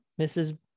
Mrs